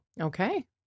okay